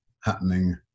happening